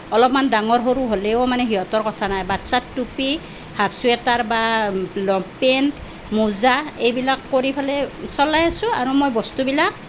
অলপমান ডাঙৰ সৰু হলেও মানে সিহঁতৰ কথা নাই বাচ্চাৰ টুপি হাফ চুৱেটাৰ বা লং পেণ্ট মোজা এইবিলাক কৰি পেলাই চলাই আছোঁ আৰু মই বস্তুবিলাক